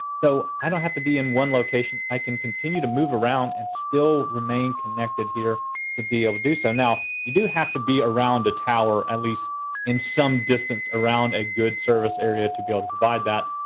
so i don't have to be in one location, i can continue to move around and still remain connected here to be able to do so. now, you do have to be around a tower, at least in some distance around a good service area to be able to provide that.